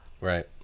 Right